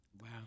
Wow